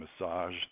massage